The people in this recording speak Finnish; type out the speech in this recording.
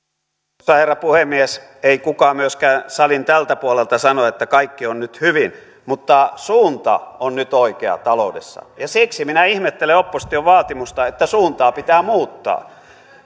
arvoisa herra puhemies ei kukaan myöskään salin tältä puolelta sano että kaikki on nyt hyvin mutta suunta on nyt oikea taloudessa ja siksi minä ihmettelen opposition vaatimusta että suuntaa pitää muuttaa